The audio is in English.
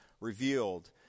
revealed